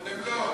אתם לא.